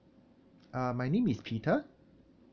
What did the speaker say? uh my name is peter